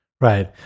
right